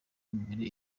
imibare